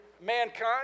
mankind